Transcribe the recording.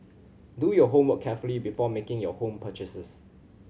do your homework carefully before making your home purchases